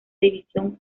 división